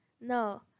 No